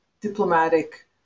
diplomatic